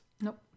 Nope